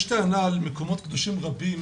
יש טענה על מקומות קדושים רבים,